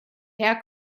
herr